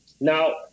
Now